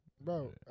Bro